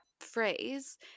phrase